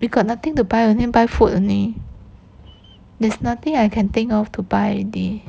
we got nothing to buy only buy food only there's nothing I can think of to buy already